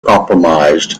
compromised